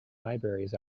libraries